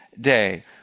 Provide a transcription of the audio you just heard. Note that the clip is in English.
day